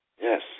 Yes